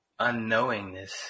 unknowingness